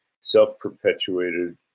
self-perpetuated